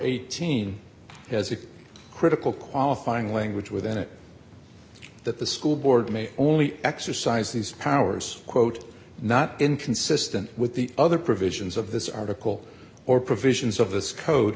eighteen as a critical qualifying language within it that the school board may only exercise these powers quote not inconsistent with the other provisions of this article or provisions of this code